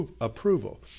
approval